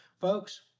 Folks